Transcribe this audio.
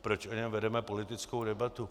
Proč o něm vedeme politickou debatu?